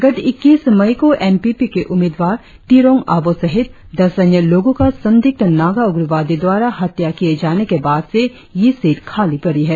गत इक्कीस मई को एन पी पी के उम्मीदवार तिरोंग आबोह सहित दस अन्य लोगो का संदिग्ध नागा उग्रवादी द्वारा हत्या किए जाने के बाद से यह सीट खाली पड़ी है